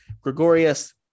Gregorius